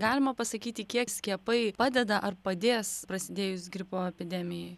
galima pasakyti kiek skiepai padeda ar padės prasidėjus gripo epidemijai